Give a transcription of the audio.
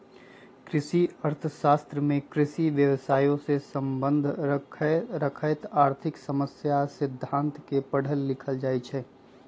कृषि अर्थ शास्त्र में कृषि व्यवसायसे सम्बन्ध रखैत आर्थिक समस्या आ सिद्धांत के पढ़ल लिखल जाइ छइ